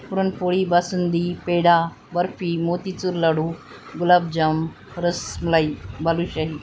puran poli basundi peda barfi motichoor laddoo gulab jamun rasmalai balushahi